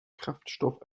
kraftstoff